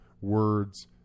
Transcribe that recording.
words